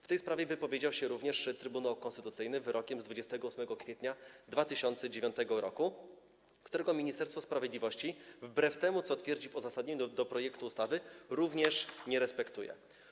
W tej sprawie wypowiedział się również Trybunał Konstytucyjny wyrokiem z 28 kwietnia 2009 r., którego Ministerstwo Sprawiedliwości wbrew temu, co twierdzi w uzasadnieniu projektu ustawy, również nie respektuje.